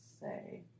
say